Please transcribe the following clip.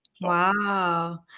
wow